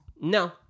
No